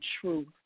truth